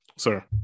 Sir